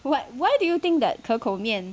what why do you think that 可口面